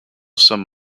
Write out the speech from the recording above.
some